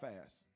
fast